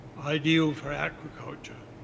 ideal for agriculture,